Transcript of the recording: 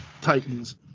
Titans